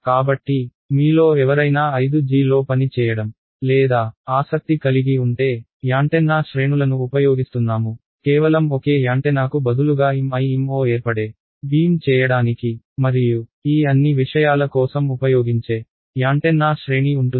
కాబట్టి మీలో ఎవరైనా 5G లో పని చేయడం లేదా ఆసక్తి కలిగి ఉంటే యాంటెన్నా శ్రేణులను ఉపయోగిస్తున్నాము కేవలం ఒకే యాంటెనాకు బదులుగా MIMO ఏర్పడే బీమ్ చేయడానికి మరియు ఈ అన్ని విషయాల కోసం ఉపయోగించే యాంటెన్నా శ్రేణి ఉంటుంది